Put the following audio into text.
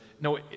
No